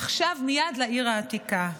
אך שב מייד לעיר העתיקה.